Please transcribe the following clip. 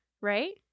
right